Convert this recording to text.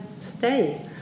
stay